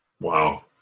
Wow